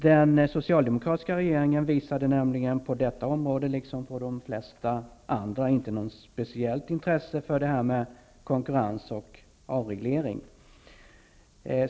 Den socialdemokratiska regeringen visade nämligen -- på detta område liksom på de flesta andra -- inte något speciellt intresse för det här med konkurrens och avreglering.